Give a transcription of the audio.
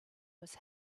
was